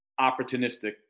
opportunistic